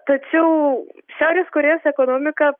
tačiau šiaurės korėjos ekonomika